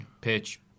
Pitch